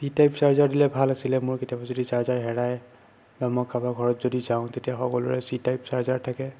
C type charger দিলে ভাল আছিলে মোৰ কেতিয়াবা যদি ছাৰ্জাৰ হেৰায় বা মই কাৰোবাৰ ঘৰত যদি যাওঁ তেতিয়া সকলোৰে চি টাইপ ছাৰ্জাৰ থাকে